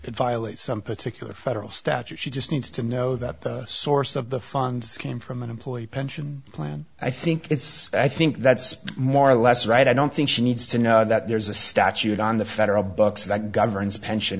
violates some particular federal statute she just needs to know that the source of the funds came from an employee pension plan i think it's i think that's more or less right i don't think she needs to know that there's a statute on the federal books that governs pension